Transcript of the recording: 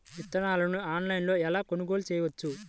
విత్తనాలను ఆన్లైనులో ఎలా కొనుగోలు చేయవచ్చు?